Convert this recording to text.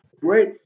great